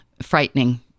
frightening